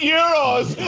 euros